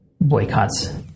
boycotts